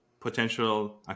potential